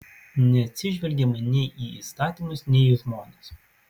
neatsižvelgiama nei į įstatymus nei į žmones